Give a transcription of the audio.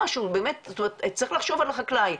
צריך לחשוב על החקלאי.